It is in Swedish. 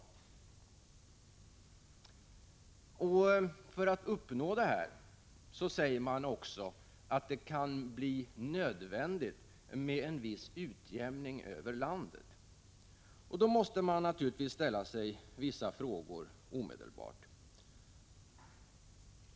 För att uppnå detta säger man också att det kan bli nödvändigt med en viss utjämning över landet. Då måste man naturligtvis omedelbart ställa sig vissa frågor.